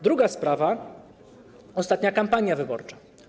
Druga sprawa, ostatnia kampania wyborcza.